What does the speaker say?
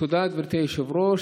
תודה, גברתי היושבת-ראש.